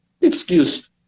excuse